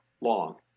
long